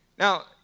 Now